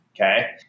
Okay